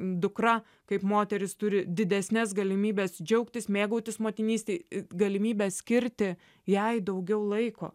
dukra kaip moteris turi didesnes galimybes džiaugtis mėgautis motinyste galimybę skirti jai daugiau laiko